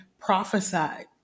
prophesied